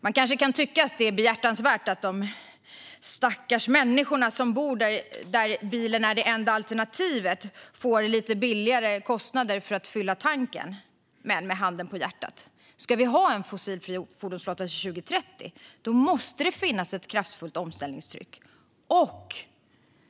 Man kan kanske tycka att det är behjärtansvärt att de stackars människorna som bor där bilen är det enda alternativet får lite lägre kostnader för att fylla tanken. Men med handen på hjärtat: Ska vi ha en fossilfri fordonsflotta 2030 måste det finnas ett kraftfullt omställningstryck.